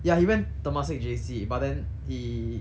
ya he went temasek J_C but then he